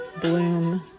bloom